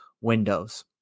windows